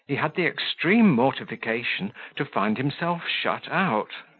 he had the extreme mortification to find himself shut out.